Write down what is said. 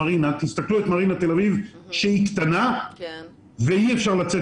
תסתכלו על מרינה תל אביב שהיא קטנה ואי אפשר לצאת